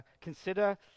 consider